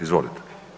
Izvolite.